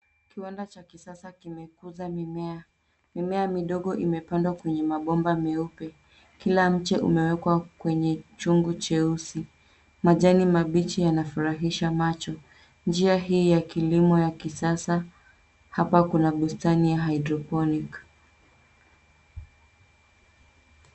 Kiwanda cha kisasa kimekuza mimea. Mimea midogo imepandwa kwenye mabomba meupe. Kila mche umewekwa kwenye chungu cheusi. Majani mabichi yanafurahisha macho. Njia hii ya kilimo ya kisasa. Hapa kuna bustani ya haidroponiki.